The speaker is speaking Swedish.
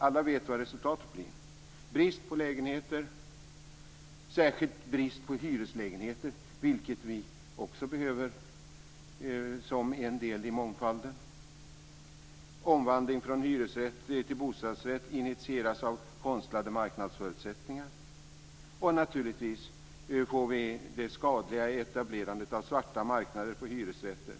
Alla vet vad resultatet blir: brist på lägenheter, särskilt hyreslägenheter som vi också behöver som en del i mångfalden. Omvandling från hyresrätt till bostadsrätt initieras av konstlade marknadsförutsättningar. Och vi får naturligtvis det skadliga etablerandet av svarta marknader när det gäller hyresrätter.